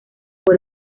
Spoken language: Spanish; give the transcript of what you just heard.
por